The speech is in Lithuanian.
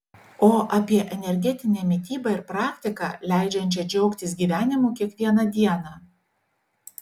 o apie energetinę mitybą ir praktiką leidžiančią džiaugtis gyvenimu kiekvieną dieną